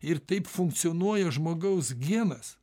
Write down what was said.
ir taip funkcionuoja žmogaus genas